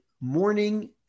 morning